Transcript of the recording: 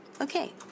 Okay